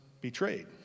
betrayed